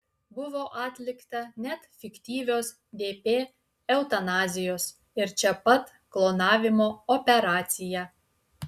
buvo atlikta net fiktyvios dp eutanazijos ir čia pat klonavimo operacija